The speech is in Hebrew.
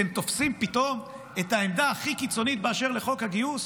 אתם תופסים פתאום את העמדה הכי קיצונית באשר לחוק הגיוס?